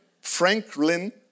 Franklin